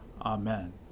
Amen